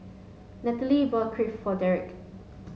Nathalia bought Crepe for Derrek